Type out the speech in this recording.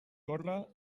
corre